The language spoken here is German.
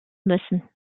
müssen